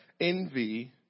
envy